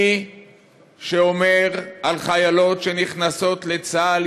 מי שאומר על חיילות שנכנסות לצה"ל,